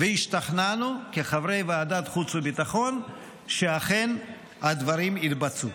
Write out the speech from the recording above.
והשתכנענו כחברי ועדת חוץ וביטחון שאכן הדברים יתבצעו.